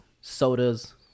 sodas